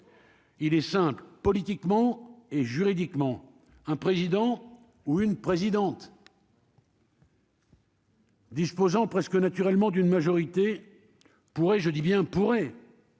il est simple, politiquement et juridiquement un président ou une présidente. Disposant presque naturellement d'une majorité pourrait, je dis bien pourrait.